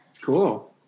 Cool